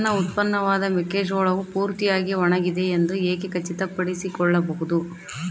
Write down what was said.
ನನ್ನ ಉತ್ಪನ್ನವಾದ ಮೆಕ್ಕೆಜೋಳವು ಪೂರ್ತಿಯಾಗಿ ಒಣಗಿದೆ ಎಂದು ಹೇಗೆ ಖಚಿತಪಡಿಸಿಕೊಳ್ಳಬಹುದು?